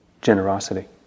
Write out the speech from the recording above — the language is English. generosity